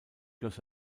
durch